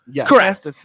Correct